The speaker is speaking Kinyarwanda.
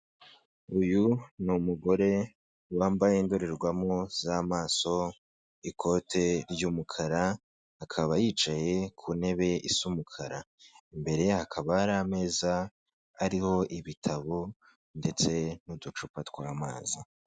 Uyu ni umugore wambaye indorerwamo z'amaso, ikote ry'umukara, akaba yicaye ku ntebe isa umukara, imbere ye hakaba hari ameza ariho ibitabo ndetse n'uducupa tw'amazi.